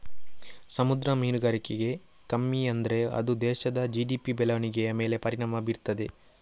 ಸಮುದ್ರ ಮೀನುಗಾರಿಕೆ ಕಮ್ಮಿ ಆದ್ರೆ ಅದು ದೇಶದ ಜಿ.ಡಿ.ಪಿ ಬೆಳವಣಿಗೆಯ ಮೇಲೆ ಪರಿಣಾಮ ಬೀರ್ತದೆ